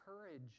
courage